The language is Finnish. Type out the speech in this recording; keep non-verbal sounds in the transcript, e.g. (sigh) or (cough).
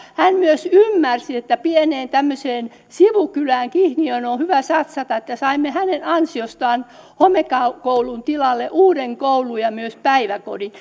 hän myös ymmärsi että pieneen tämmöiseen sivukylään kihniöön on on hyvä satsata saimme hänen ansiostaan homekoulun tilalle uuden koulun ja myös päiväkodin (unintelligible)